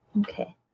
Okay